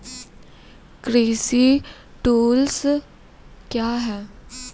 कृषि टुल्स क्या हैं?